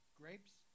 grapes